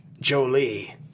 Jolie